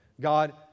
God